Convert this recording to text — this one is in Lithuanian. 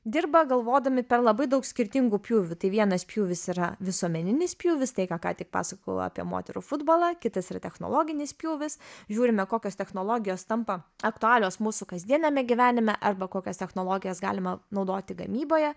dirba galvodami per labai daug skirtingų pjūvių tai vienas pjūvis yra visuomeninis pjūvis tai ką ką tik pasakojau apie moterų futbolą kitas ir technologinis pjūvis žiūrime kokios technologijos tampa aktualios mūsų kasdieniame gyvenime arba kokias technologijas galima naudoti gamyboje